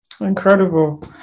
Incredible